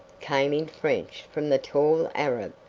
came in french from the tall arab.